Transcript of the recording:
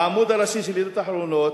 בעמוד הראשי של "ידיעות אחרונות":